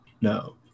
No